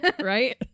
right